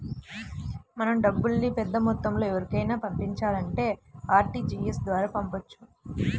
మనం డబ్బుల్ని పెద్దమొత్తంలో ఎవరికైనా పంపించాలంటే ఆర్టీజీయస్ ద్వారా పంపొచ్చు